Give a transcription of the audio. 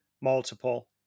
multiple